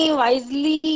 wisely